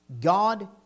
God